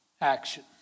action